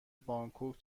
بانکوک